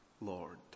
Lord